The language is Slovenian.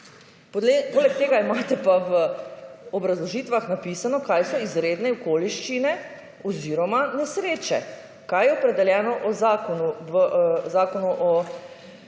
Poleg tega imate pa v obrazložitvah napisano kaj so izredne okoliščine oziroma nesreče. Kaj je opredeljeno v Zakonu o varstvu